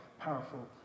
powerful